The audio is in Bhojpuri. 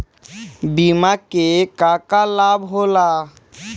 बिमा के का का लाभ होला?